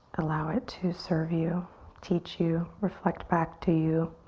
allow it to serve you teach you reflect back to you